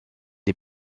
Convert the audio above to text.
est